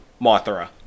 Mothra